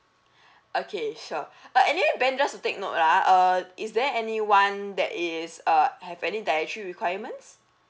okay sure uh anyway ben just to take note ah uh is there anyone that is uh have any dietary requirements